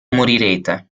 morirete